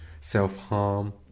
self-harm